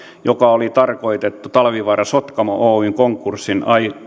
joka oli tarkoitettu talvivaara sotkamo oyn konkurssin